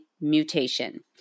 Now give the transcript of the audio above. mutation